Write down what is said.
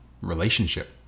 relationship